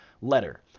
letter